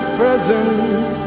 present